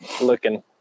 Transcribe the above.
looking